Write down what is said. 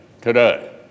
today